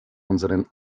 unseren